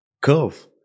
curve